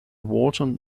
wharton